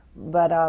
but